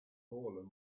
fallen